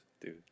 Dude